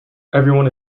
everyone